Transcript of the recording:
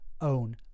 own